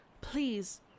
Please